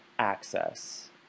Access